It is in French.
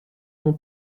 mon